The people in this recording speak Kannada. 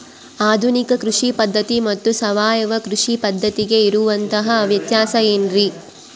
ಆಧುನಿಕ ಕೃಷಿ ಪದ್ಧತಿ ಮತ್ತು ಸಾವಯವ ಕೃಷಿ ಪದ್ಧತಿಗೆ ಇರುವಂತಂಹ ವ್ಯತ್ಯಾಸ ಏನ್ರಿ?